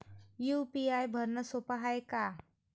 UPI भरनं सोप हाय का?